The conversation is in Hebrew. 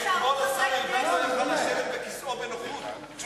השר ארדן יודע את זה.